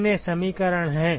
कितने समीकरण हैं